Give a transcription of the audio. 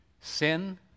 sin